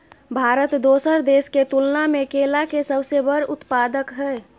भारत दोसर देश के तुलना में केला के सबसे बड़ उत्पादक हय